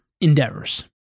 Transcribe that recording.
endeavors